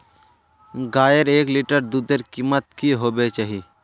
गायेर एक लीटर दूधेर कीमत की होबे चही?